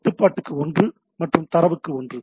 கட்டுப்பாட்டுக்கு ஒன்று மற்றும் தரவுக்கு ஒன்று